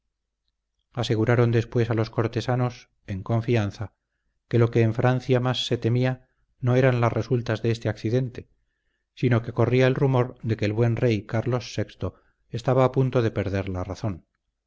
aseguraron después a los cortesanos en confianza que lo que en francia más se temía no eran las resultas de este accidente sino que corría el rumor de que el buen rey carlos vi estaba a punto de perder la razón